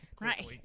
right